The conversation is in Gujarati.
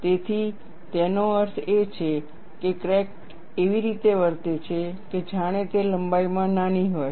તેથી તેનો અર્થ એ છે કે ક્રેક એવી રીતે વર્તે છે કે જાણે તે લંબાઈમાં નાની હોય